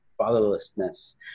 fatherlessness